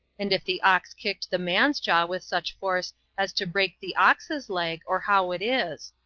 and if the ox kicked the man's jaw with such force as to break the ox's leg, or how it is.